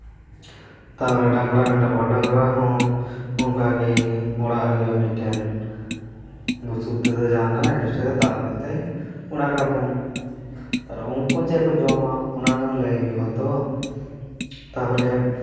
ᱛᱟᱨᱯᱚᱨᱮ ᱰᱟᱝᱨᱟ ᱢᱮᱱᱟᱜ ᱠᱚᱣᱟ ᱰᱟᱝᱨᱟ ᱦᱚᱸ ᱚᱱᱠᱟᱜᱮ ᱚᱲᱟᱜ ᱦᱩᱭᱩᱜᱼᱟ ᱢᱤᱫᱴᱮᱱ ᱵᱩᱥᱩᱯ ᱛᱮᱫᱚ ᱡᱟᱦᱟᱱᱟᱜ ᱮᱰᱵᱮᱥᱴᱟᱨ ᱛᱮ ᱫᱟᱵ ᱠᱟᱛᱮ ᱚᱲᱟᱜᱟᱵᱚᱱ ᱛᱟᱨᱯᱚᱨᱮ ᱩᱱᱠᱩ ᱪᱮᱫᱠᱚ ᱡᱚᱢᱟ ᱚᱱᱟᱦᱚᱸ ᱞᱟᱹᱭ ᱦᱩᱭᱩᱜᱼᱟ ᱛᱚ ᱛᱟᱯᱚᱨᱮ